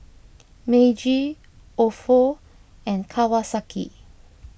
Meiji Ofo and Kawasaki